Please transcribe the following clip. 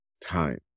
time